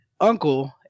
uncle